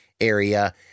area